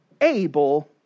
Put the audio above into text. able